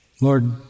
Lord